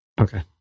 Okay